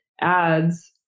ads